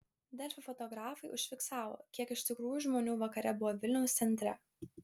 delfi fotografai užfiksavo kiek iš tikrųjų žmonių vakare buvo vilniaus centre